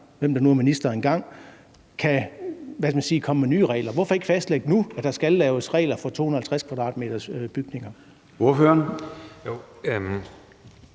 hvem der nu måtte være minister på det tidspunkt – kan komme med nye regler til. Hvorfor ikke fastlægge nu, at der skal laves regler for bygninger